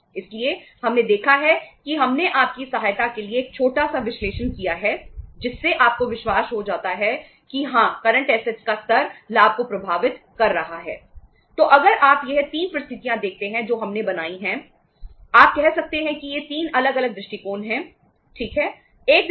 इसलिए हमने देखा है कि हमने आपकी सहायता के लिए एक छोटा सा विश्लेषण किया है जिससे आपको विश्वास हो जाता है कि हां करंट असेट्स दृष्टिकोण है